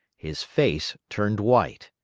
his face turned white.